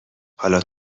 حالا